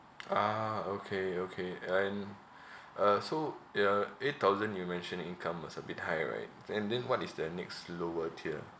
ah okay okay and uh so y~ uh eight thousand you mentioned income was a bit high right then then what is the next lower tier